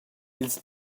ils